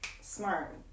smart